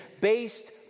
based